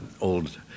old